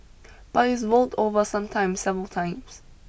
but it's rolled over sometimes several times